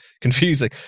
confusing